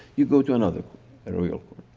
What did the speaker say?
you go to another royal